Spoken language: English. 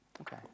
Okay